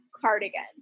cardigan